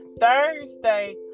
thursday